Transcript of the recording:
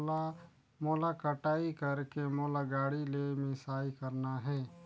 मोला कटाई करेके मोला गाड़ी ले मिसाई करना हे?